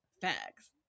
Facts